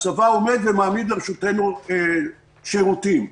הצבא מעמיד לרשותנו שירותים.